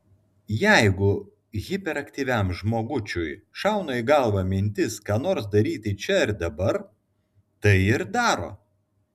jeigu hiperaktyviam žmogučiui šauna į galvą mintis ką nors daryti čia ir dabar tai ir daro